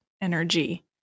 energy